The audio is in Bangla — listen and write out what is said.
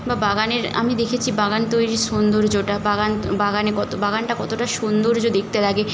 বা বাগানের আমি দেখেছি বাগান তৈরির সৌন্দর্যটা বাগান বাগানে কত বাগানটা কতটা সৌন্দর্য দেখতে লাগে